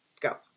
Go